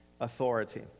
authority